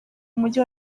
mujyi